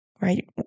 right